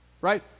Right